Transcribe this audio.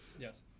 Yes